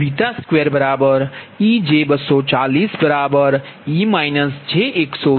2ej240e j120